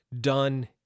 done